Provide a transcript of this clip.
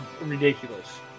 ridiculous